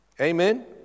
Amen